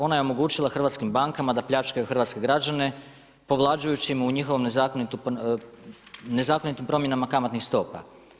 Ona je omogućila hrvatskim bankama da pljačkaju hrvatske građane povlađujući im u njihovim nezakonitim promjenama kamatnih stopa.